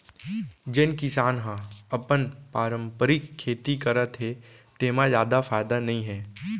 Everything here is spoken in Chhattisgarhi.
जेन किसान ह अपन पारंपरिक खेती करत हे तेमा जादा फायदा नइ हे